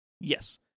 Yes